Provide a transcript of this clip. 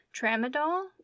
Tramadol